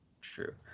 true